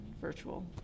virtual